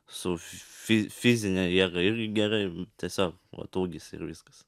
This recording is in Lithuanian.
su fi fizine jėga ir gerai tiesiog vat ūgis ir viskas